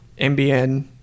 mbn